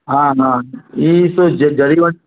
हा हा ई हिकु